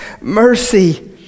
mercy